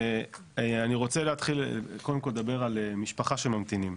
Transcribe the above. ואני רוצה להתחיל קודם כול לדבר על משפחה שממתינים.